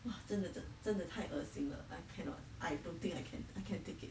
!wah! 真的真的太恶心了 I cannot I don't think I can I can take it